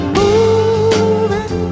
moving